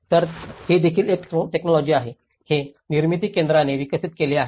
तर हे देखील एक टेकनॉलॉजि आहे जे निर्मिती केंद्राने विकसित केले आहे